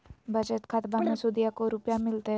बचत खाताबा मे सुदीया को रूपया मिलते?